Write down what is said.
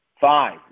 Five